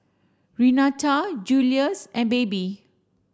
Renata Julius and Baby